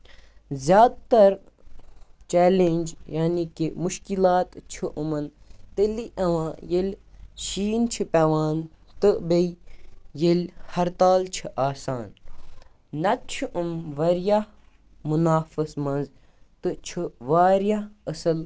زیادٕ تر چیلینج یعنی کہِ مُشکِلات چھُ یِمَن تیٚلہِ یِوان ییٚلہِ شیٖن چھُ پیوان ییٚلہِ بیٚیہِ ییٚلہِ ہرتال چھُ آسان نتہٕ چھُ یِم واریاہ مُنافس منٛز تہٕ چھُ واریاہ اَصٕل